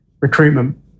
recruitment